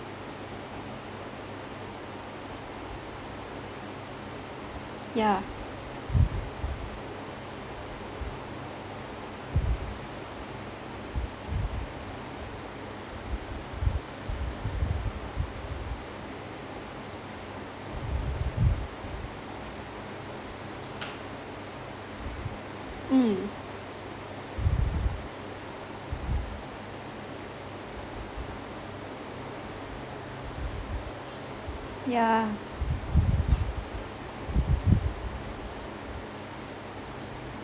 yeah mm yeah